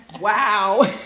wow